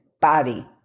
body